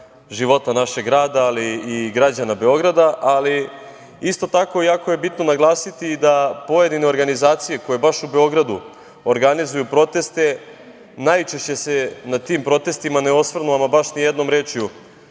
života našeg grada, ali i građana Beograda. Isto tako, jako je bitno naglasiti da pojedine organizacije koje baš u Beogradu organizuju proteste najčešće se na tim protestima ne osvrnu a ma baš nijednom rečju